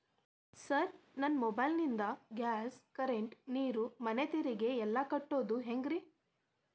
Sir ನನ್ನ mobile ನಿಂದ gas, current, ನೇರು, ಮನೆ ತೆರಿಗೆ ಎಲ್ಲಾ ಕಟ್ಟೋದು ಹೆಂಗ್ರಿ?